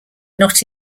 not